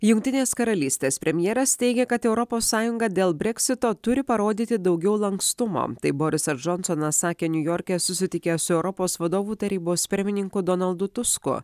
jungtinės karalystės premjeras teigia kad europos sąjungą dėl breksito turi parodyti daugiau lankstumo taip borisas džonsonas sakė niujorke susitikę su europos vadovų tarybos pirmininku donaldu tusku